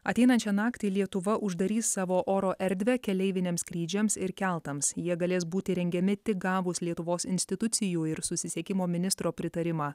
ateinančią naktį lietuva uždarys savo oro erdvę keleiviniams skrydžiams ir keltams jie galės būti rengiami tik gavus lietuvos institucijų ir susisiekimo ministro pritarimą